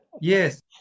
Yes